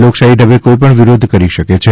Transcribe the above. લોકશાહી ઢબે કોઇ પણ વિરોધ કરી શકે છે